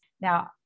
Now